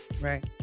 right